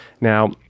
Now